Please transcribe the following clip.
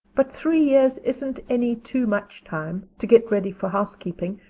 but three years isn't any too much time to get ready for housekeeping,